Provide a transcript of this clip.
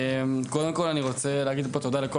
קודם כל אני רוצה להגיד תודה לכל